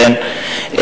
לכן,